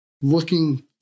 looking